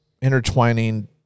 intertwining